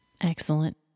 Excellent